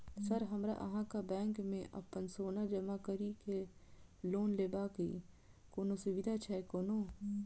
Sir हमरा अहाँक bank मे अप्पन सोना जमा करि केँ लोन लेबाक अई कोनो सुविधा छैय कोनो?